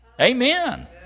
Amen